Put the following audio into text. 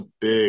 big